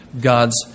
God's